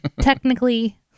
Technically